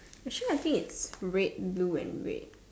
actually I think it's red blue and red